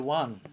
one